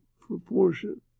proportion